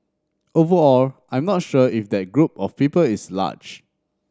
overall I'm not sure if that group of people is large